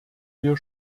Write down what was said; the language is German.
wir